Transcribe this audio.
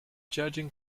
judging